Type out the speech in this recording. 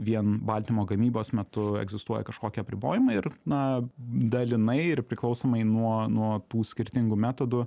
vien baltymo gamybos metu egzistuoja kažkokie apribojimai ir na dalinai ir priklausomai nuo nuo tų skirtingų metodų